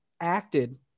acted